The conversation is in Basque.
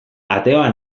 ateoa